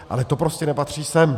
Ale to prostě nepatří sem.